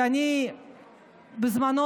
כשבזמנו,